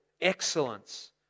excellence